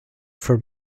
for